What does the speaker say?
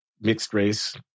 mixed-race